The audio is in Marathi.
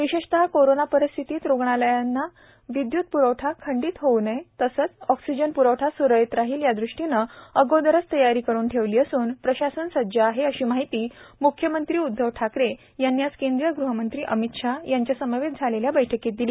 विशेषतः कोरोना परिस्थितीत रुग्णालयांचा विद्युत प्रवठा खंडित होऊ नये तसेच ऑक्सिजन प्रवठा स्रळीत राहील यादृष्टीने अगोदरच तयारी करून ठेवली असून प्रशासन सज्ज आहे अशी माहिती म्ख्यमंत्री उद्धव ठाकरे यांनी आज केंद्रीय गृहमंत्री अमित शहा यांच्यासमवेत झालेल्या बैठकीत दिली